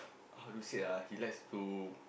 how to say ah he likes to